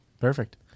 Perfect